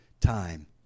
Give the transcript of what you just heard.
time